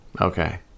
Okay